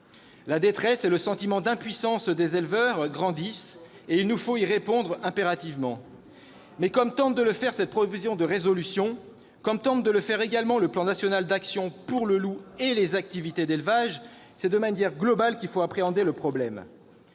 La détresse et le sentiment d'impuissance des éleveurs grandissent, et il nous faut y répondre impérativement. Mais, comme tentent de le faire cette proposition de résolution et le plan national d'actions 2018-2023 sur le loup et les activités d'élevage, c'est de manière globale qu'il faut appréhender le problème.